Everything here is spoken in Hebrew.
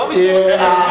לא מי שרוצה להשמיד אותי.